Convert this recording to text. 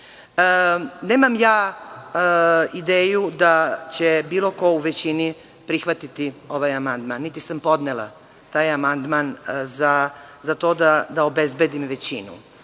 reči. Nemam ideju da će bilo ko u većini prihvatiti ovaj amandman, niti sam podnela taj amandman za to da obezbedim većinu.